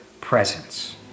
presence